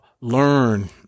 learn